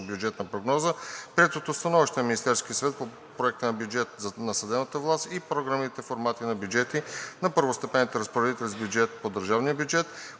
бюджетна прогноза, приетото становище на Министерския съвет по проекта на бюджета на съдебната власт и програмните формати на бюджети на първостепенните разпоредители с бюджет по държавния бюджет,